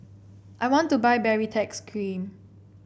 I want to buy Baritex Cream